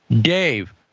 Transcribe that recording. Dave